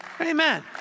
Amen